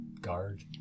guard